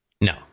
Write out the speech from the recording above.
No